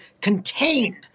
contained